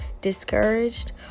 discouraged